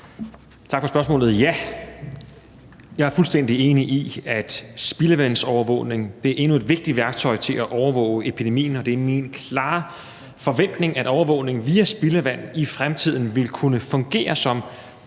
Tak for spørgsmålet. Ja, jeg er fuldstændig enig i, at spildevandsovervågning er endnu et vigtigt værktøj til at overvåge epidemien. Det er min klare forventning, at overvågning via spildevand i fremtiden vil kunne fungere som